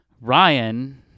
Ryan